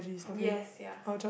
yes yeah